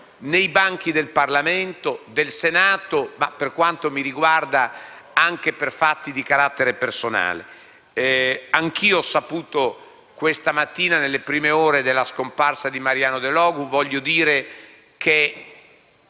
nei banchi del Parlamento, del Senato e, per quanto mi riguarda, anche per fatti di carattere personale. Anch'io ho saputo questa mattina, nelle prime ore, della scomparsa di Mariano Delogu. Voglio dire che